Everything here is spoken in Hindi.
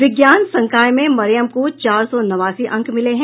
विज्ञान संकाय में मरियम को चार सौ नवासी अंक मिले है